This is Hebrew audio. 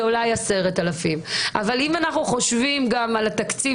זה אולי 10,000. אם אנחנו חושבים גם על התקציב